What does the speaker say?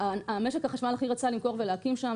משק החשמל הכי רצה למכור ולהקים שם,